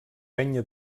penya